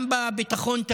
גם בביטחון,